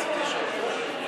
התשע"ו 2016, נתקבלה.